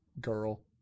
girl